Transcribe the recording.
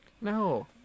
No